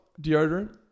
deodorant